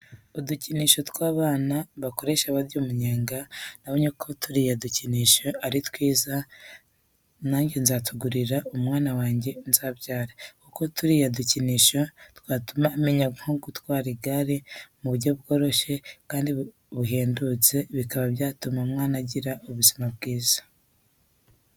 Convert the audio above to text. Udukinisho tw'anaba bakoresha barya umunyenga, nabonye ko turiya dukinisho ari twiza nanjye nzatugurira umwana wanjye nzabyara, kuko turiya dukinsho twatuma amenya nko gutwara igare mu buryo bworoshye kandi buhendutse bikaba byatuma umwana agira ubuzima bwiza.